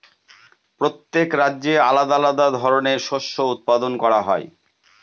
প্রত্যেক রাজ্যে আলাদা আলাদা ধরনের শস্য উৎপাদন হয়